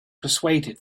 persuaded